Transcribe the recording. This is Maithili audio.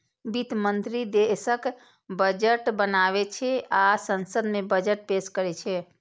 वित्त मंत्री देशक बजट बनाबै छै आ संसद मे बजट पेश करै छै